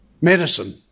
Medicine